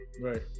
Right